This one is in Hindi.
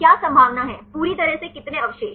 क्या संभावना है पूरी तरह से कितने अवशेष